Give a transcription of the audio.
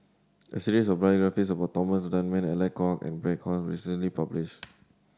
a series of biographies about Thomas Dunman Alec Kuok and Bey Hua Heng was recently published